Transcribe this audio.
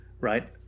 Right